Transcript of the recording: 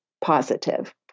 positive